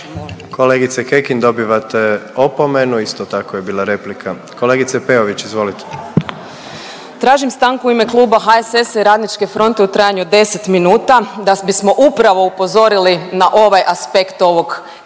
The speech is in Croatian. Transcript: Kolegice Kekin, dobivate opomenu, isto tako je bila replika. Kolegice Peović, izvolite. **Peović, Katarina (RF)** Tražim stanku u ime Kluba zastupnika HSS-a i Radničke fronte u trajanju od 10 minuta da bismo upravo upozorili na ovaj aspekt ovog